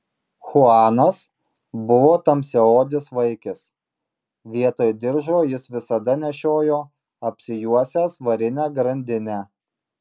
chuanas buvo tamsiaodis vaikis vietoj diržo jis visada nešiojo apsijuosęs varinę grandinę